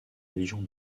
légion